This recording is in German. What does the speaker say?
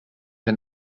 ein